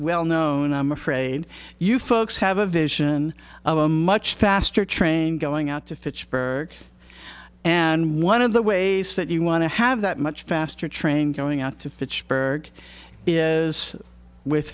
well known i'm afraid you folks have a vision of a much faster train going out to fish birds and one of the ways that you want to have that much faster train going out to fitchburg is with